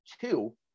Two